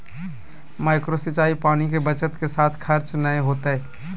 micro सिंचाई पानी के बचत के साथ खर्च नय होतय